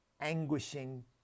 anguishing